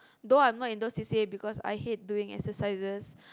though I'm not in those c_c_a because I hate doing exercises